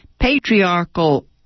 patriarchal